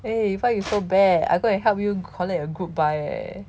eh why you so bad I go and help you collect your good buy eh